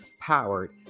powered